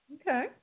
Okay